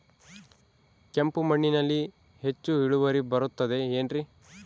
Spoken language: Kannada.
ಕೆಂಪು ಮಣ್ಣಲ್ಲಿ ಹೆಚ್ಚು ಇಳುವರಿ ಬರುತ್ತದೆ ಏನ್ರಿ?